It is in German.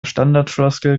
standardfloskel